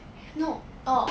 no oh